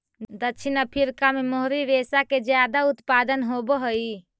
दक्षिण अफ्रीका में मोहरी रेशा के ज्यादा उत्पादन होवऽ हई